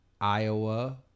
iowa